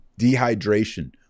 dehydration